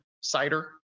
cider